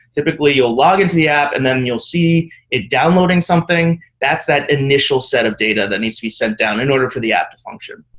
typically, you'll log into the app and then you'll see it downloading something. that's that initial set of data that needs to be sent down in order for the app to function.